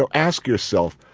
but ask yourself,